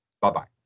Bye-bye